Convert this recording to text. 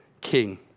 king